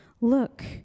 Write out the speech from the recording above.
look